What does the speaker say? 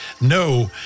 no